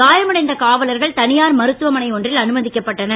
காயமடைந்த காவலர்கள் தனியார் மருத்துவமனை ஒன்றில் அனுமதிக்கப்பட்டனர்